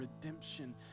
redemption